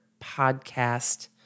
podcast